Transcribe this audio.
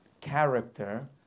character